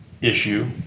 issue